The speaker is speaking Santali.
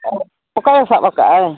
ᱚᱠᱟ ᱨᱮᱭ ᱥᱟᱵ ᱠᱟᱜᱼᱟᱭ